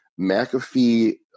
McAfee